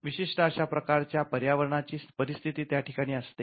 विशिष्ट अशा प्रकारच्या पर्यावरणाची परिस्थिती त्या ठिकाणी असते